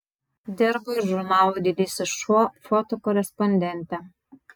dirbo ir žurnalo didysis šuo fotokorespondente